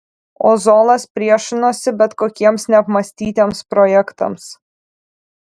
ozolas priešinosi bet kokiems neapmąstytiems projektams